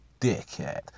Dickhead